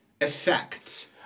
Effect